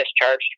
discharged